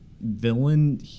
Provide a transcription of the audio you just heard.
villain